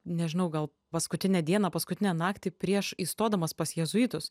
nežinau gal paskutinę dieną paskutinę naktį prieš įstodamas pas jėzuitus